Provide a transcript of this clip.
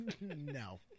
no